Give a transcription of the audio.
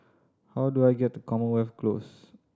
how do I get to Commonwealth Close